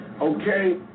Okay